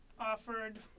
offered